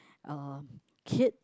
uh kid